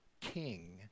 king